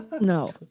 no